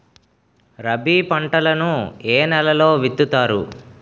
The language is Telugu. రబీ పంటలను ఏ నెలలో విత్తుతారు?